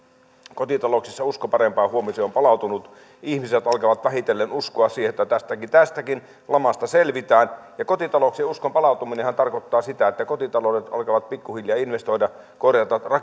kotitalouksissa usko parempaan huomiseen on palautunut ihmiset alkavat vähitellen uskoa siihen että tästäkin tästäkin lamasta selvitään ja kotitalouksien uskon palautuminenhan tarkoittaa sitä että kotitaloudet alkavat pikku hiljaa investoida korjata